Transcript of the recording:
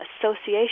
Association